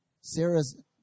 Sarah's